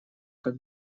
как